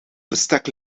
bestek